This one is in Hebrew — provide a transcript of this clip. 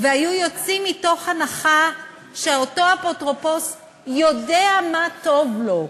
והיו יוצאים מתוך הנחה שאותו אפוטרופוס יודע מה טוב לו,